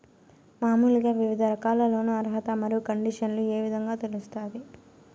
మామూలుగా వివిధ రకాల లోను అర్హత మరియు కండిషన్లు ఏ విధంగా తెలుస్తాది?